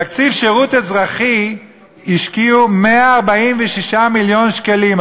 בתקציב שירות אזרחי השקיעו 146 מיליון שקלים,